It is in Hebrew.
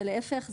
להפך,